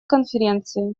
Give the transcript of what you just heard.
конференции